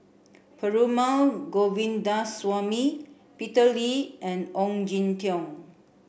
Perumal Govindaswamy Peter Lee and Ong Jin Teong